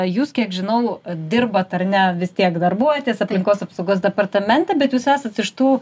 jūs kiek žinau dirbat ar ne vis tiek darbuojatės aplinkos apsaugos departamente bet jūs esat iš tų